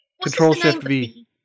Control-Shift-V